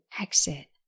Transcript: exit